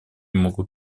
могут